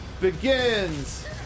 begins